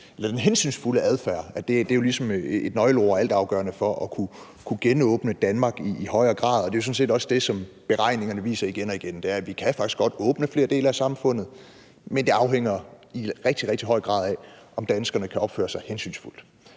den hensynsfulde adfærd er ligesom nøgleord og altafgørende for at kunne genåbne Danmark i højere grad. Det, beregningerne viser igen og igen, er, at vi faktisk godt kan åbne flere dele af samfundet, men det afhænger i rigtig, rigtig høj grad af, om danskerne kan opføre sig hensynsfuldt.